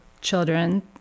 children